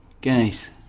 guys